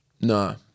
no